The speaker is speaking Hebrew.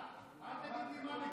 לא מקובל.